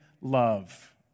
love